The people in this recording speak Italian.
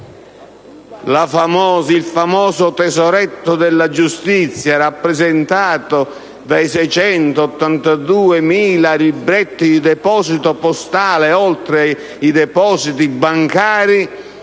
Il famoso tesoretto della giustizia, rappresentato dai 682.000 libretti di deposito postale, oltre ai depositi bancari,